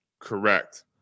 Correct